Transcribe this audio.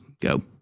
go